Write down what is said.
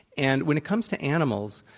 and when it comes to animals,